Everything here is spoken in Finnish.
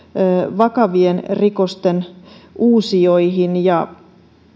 vakavien rikosten uusijoihin ja